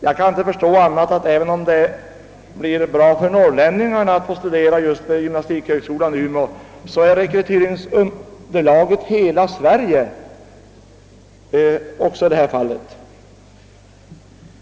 Jag kan inte förstå annat än att även om det främst blir bra för norrlänningarna att få studera just vid gymnastikhögskolan i Umeå, är rekryteringsunderlaget hela Sverige också i detta fall.